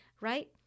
right